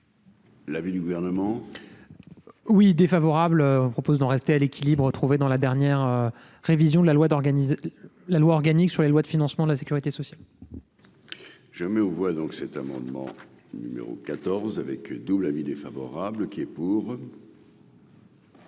L'avis du gouvernement. Oui défavorable propose d'en rester à l'équilibre retrouvé dans la dernière révision de la loi d'organiser la loi organique sur les lois de financement de la Sécurité sociale. Je mets aux voix donc cet amendement numéro 14 avec double avis défavorable qui est pour.